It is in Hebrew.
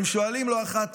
הם שואלים לא אחת